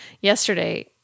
yesterday